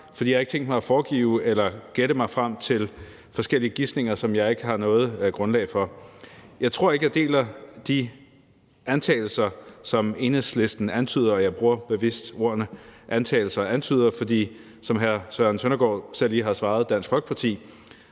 for jeg har ikke tænkt mig at gætte mig frem til forskellige ting, som jeg ikke har noget grundlag for. Jeg tror ikke, at jeg deler de antagelser, som Enhedslisten antyder. Og jeg bruger bevidst ordene antagelser og antyder, for som hr. Søren Søndergaard selv lige har svaret Dansk Folkeparti,